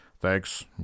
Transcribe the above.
thanks